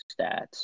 stats